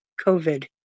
covid